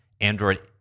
Android